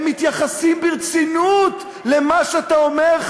הם מתייחסים ברצינות למה שאתה אומר,